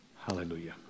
Hallelujah